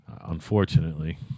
unfortunately